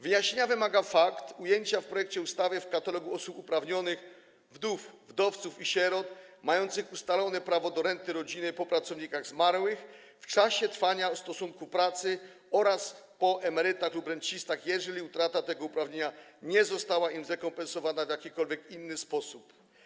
Wyjaśnienia wymaga fakt ujęcia w projekcie ustawy w katalogu osób uprawnionych wdów, wdowców i sierot mających ustalone prawo do renty rodzinnej po pracownikach zmarłych w czasie trwania stosunku pracy oraz po emerytach lub rencistach, jeżeli utrata tego uprawnienia nie została im zrekompensowana w jakikolwiek inny sposób.